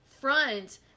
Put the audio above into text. front